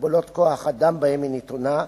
במגבלות כוח-אדם שבהן היא נתונה,